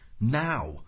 Now